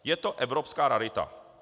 Je to evropská rarita.